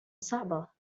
صعبة